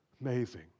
Amazing